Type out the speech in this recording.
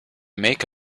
make